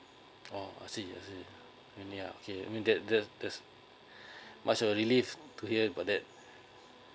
oh I see I see okay I mean that that's that's must so relieved to hear about that